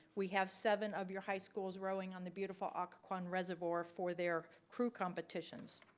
we have seven of your high schools rowing on the beautiful occoquan reservoir for their crew competitions.